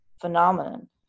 phenomenon